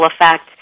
effect